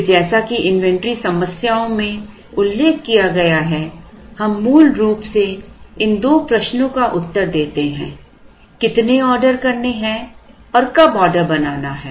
फिर जैसा कि इन्वेंट्री समस्याओं में उल्लेख किया गया है हम मूल रूप से इन दो प्रश्नों का उत्तर देते हैं कितने ऑर्डर करने हैं और कब ऑर्डर करना है